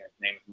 name